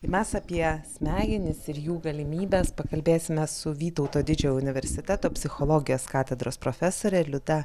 mes apie smegenis ir jų galimybes pakalbėsime su vytauto didžiojo universiteto psichologijos katedros profesorė liuda